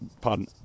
pardon